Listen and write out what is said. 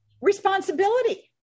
responsibility